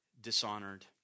dishonored